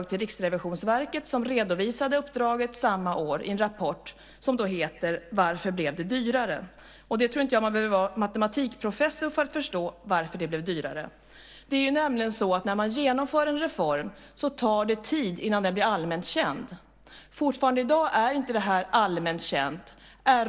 Riksrevisionsverket redovisade uppdraget samma år i en rapport som heter Varför blev det dyrare? Jag tror inte att man behöver vara matematikprofessor för att förstå varför det blev dyrare. När man genomför en reform tar det tid innan den blir allmänt känd. Fortfarande i dag är detta inte allmänt känt.